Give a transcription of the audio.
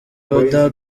oda